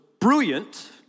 brilliant